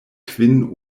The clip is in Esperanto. kvin